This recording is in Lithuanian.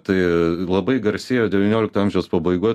tai labai garsėjo devyniolikto amžiaus pabaigoj